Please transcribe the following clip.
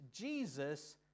Jesus